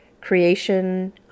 creation